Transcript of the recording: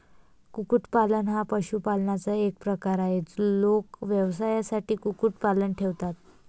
कुक्कुटपालन हा पशुपालनाचा एक प्रकार आहे, लोक व्यवसायासाठी कुक्कुटपालन ठेवतात